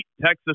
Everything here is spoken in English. Texas